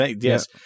yes